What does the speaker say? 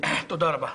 תודה רבה.